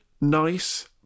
nice